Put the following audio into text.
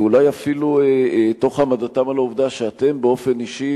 ואולי אפילו תוך העמדתם על העובדה שאתם באופן אישי,